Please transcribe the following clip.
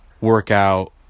workout